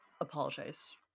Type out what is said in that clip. apologize